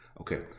Okay